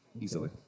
easily